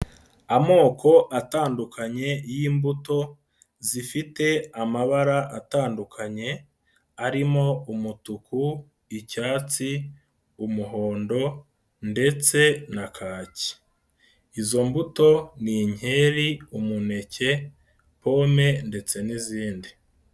Amoko atandukanye y'imbuto zifite amabara atandukanye arimo: umutuku, icyatsi, umuhondo ndetse na kaki. Izo mbuto ni inkeri, umuneke, pome ndetse n'izindi.